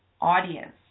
audience